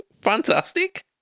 Fantastic